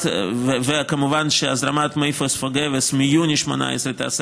וכמובן הזרמת מי פוספוגבס מיוני 2018 תיעשה